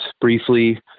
briefly